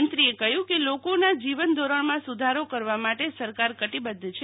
મંત્રીએ કહ્યું કે લોકોના જીવન ધોરણમાં સુધારો કરવા માટે સરકાર કટિબધ્ધ છે